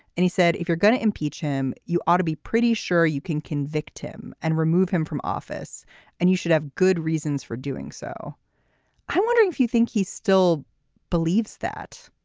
and he said if you're going to impeach him you ought to be pretty sure you can convict him and remove him from office and you should have good reasons for doing so i'm wondering if you think he still believes that